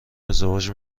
ازدواج